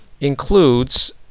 includes